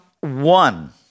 one